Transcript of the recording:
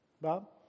Bob